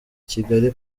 kigali